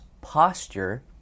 posture